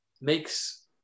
makes